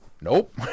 Nope